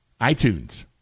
iTunes